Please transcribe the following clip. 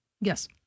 Yes